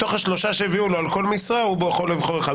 מתוך השלושה שהביאו לו על כל משרה הוא יכול לבחור אחד.